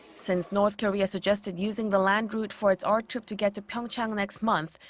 since north korea suggested using the land route for its art troupe to get to pyeongchang next month,